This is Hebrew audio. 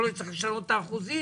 יכול להיות שצריך לשנות את האחוזים,